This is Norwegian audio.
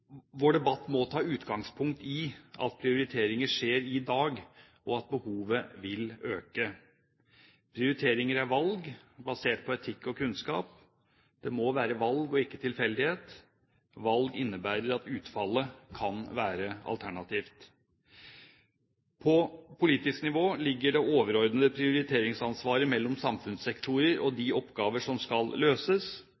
Vår debatt må ta utgangspunkt i at prioriteringer skjer i dag, og at behovet vil øke. Prioriteringer er valg, basert på etikk og kunnskap. Det må være valg og ikke tilfeldighet. Valg innebærer at utfallet kan være alternativt. På politisk nivå ligger det overordnede prioriteringsansvaret mellom samfunnssektorer og